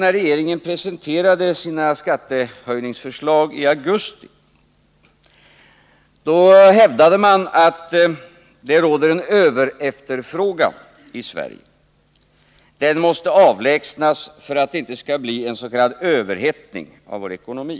När regeringen presenterade sina skatteskärpningsförslag i augusti hävdade man att det råder en överefterfrågan i Sverige. Den måste avlägsnas för att det inte skall bli en s.k. överhettning av vår ekonomi.